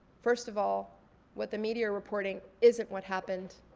first of all what the media are reporting isn't what happened.